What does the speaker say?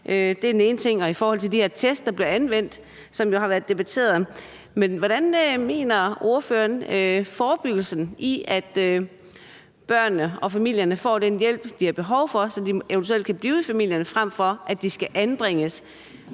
er forældrekompetenceundersøgelserne og de test, der blev anvendt, som jo har været debatteret, men hvad mener ordføreren om forebyggelse, i forhold til at børnene og familierne får den hjælp, de har behov for, så de eventuelt kan blive i familierne, frem for at de skal anbringes?